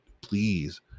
Please